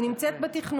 היא לגמרי נמצאת בתכנון.